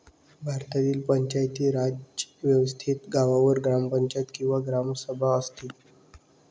भारतातील पंचायती राज व्यवस्थेत गावावर ग्रामपंचायत किंवा ग्रामसभा असते